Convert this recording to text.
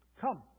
come